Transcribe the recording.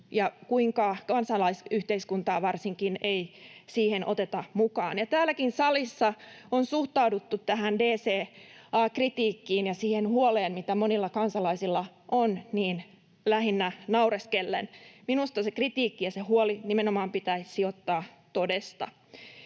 varsinkaan kansalaisyhteiskuntaa ei siihen oteta mukaan. Täällä salissakin on suhtauduttu tähän DCA-kritiikkiin ja siihen huoleen, mitä monilla kansalaisilla on, lähinnä naureskellen. Minusta se kritiikki ja se huoli nimenomaan pitäisi ottaa todesta,